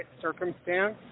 circumstance